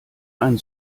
ein